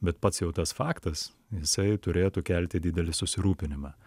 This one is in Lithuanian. bet pats jau tas faktas jisai turėtų kelti didelį susirūpinimą